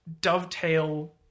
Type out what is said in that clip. dovetail